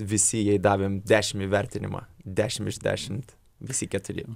visi jai davėm dešim įvertinimą dešim iš dešimt visi keturi